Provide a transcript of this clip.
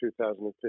2015